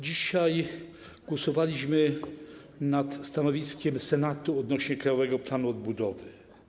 Dzisiaj głosowaliśmy nad stanowiskiem Senatu odnośnie do Krajowego Planu Odbudowy.